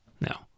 Now